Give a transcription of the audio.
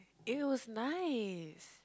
it was nice